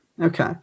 Okay